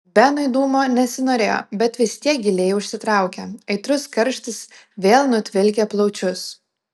benui dūmo nesinorėjo bet vis tiek giliai užsitraukė aitrus karštis vėl nutvilkė plaučius